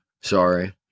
Sorry